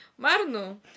Marno